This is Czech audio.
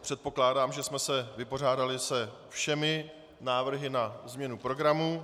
Předpokládám, že jsme se vypořádali se všemi návrhy na změnu programu.